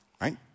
Right